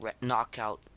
knockout